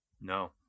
No